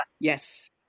Yes